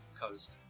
coast